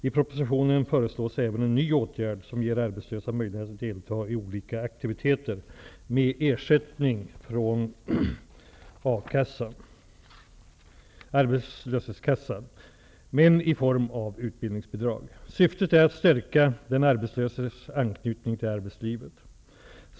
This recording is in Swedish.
I propositionen föreslås även en ny åtgärd som ger arbetslösa möjligheten att delta i olika aktiviteter med ersättning från arbetslöshetskassan, men i form av utbildningsbidrag. Syftet är att stärka den arbetslöses anknytning till arbetslivet.